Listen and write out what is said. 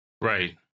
Right